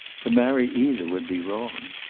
to marry either would be wrong.